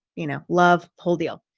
you know, love whole deal.